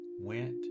went